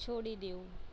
છોડી દેવું